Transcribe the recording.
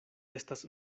estas